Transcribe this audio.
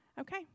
okay